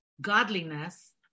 godliness